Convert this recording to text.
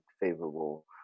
favorable